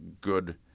good